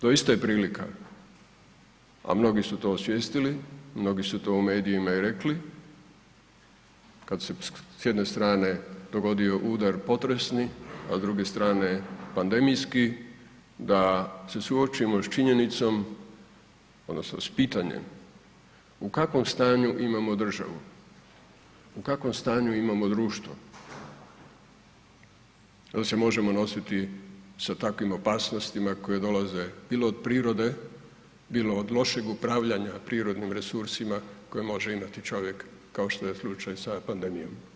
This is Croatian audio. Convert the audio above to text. Doista je prilika, a mnogi su to osvijestili, mnogi su to u medijima i rekli kada se s jedne strane dogodio udar potresni, a druge strane pandemijski da se suočimo s činjenicom odnosno s pitanjem u kakvom stanju imamo državu, u kakvom stanju imamo društvo, dal se možemo nositi sa takvim opasnostima koje dolaze bilo od prirode, bilo od lošeg upravljanja prirodnim resursima koje može imati čovjek kao što je slučaj sa pandemijom.